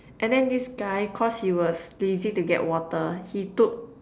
and then this guy cause he was lazy to get water he took